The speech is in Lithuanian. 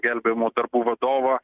gelbėjimo darbų vadovą